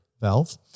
valve